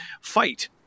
fight